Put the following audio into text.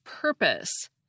purpose